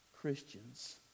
Christians